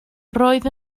roedd